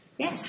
Yes